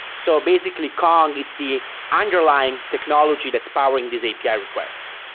so basically kong, it's the underlying technology that's powering these api requests.